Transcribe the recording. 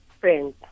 friends